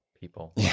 people